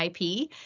IP